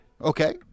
Okay